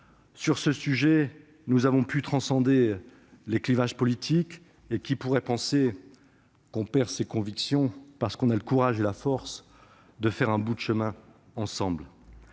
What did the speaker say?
Sur ce sujet, nous avons pu transcender les clivages politiques. Qui pourrait penser que l'on perd ses convictions parce que l'on a le courage et la force de faire un bout de chemin ensemble ?